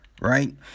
right